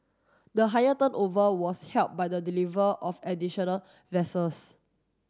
the higher turnover was helped by the deliver of additional vessels